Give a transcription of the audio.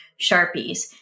sharpies